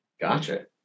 Gotcha